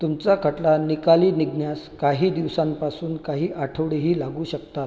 तुमचा खटला निकाली निघण्यास काही दिवसांपासून काही आठवडेही लागू शकतात